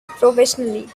professionally